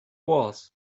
was